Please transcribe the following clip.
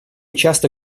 часто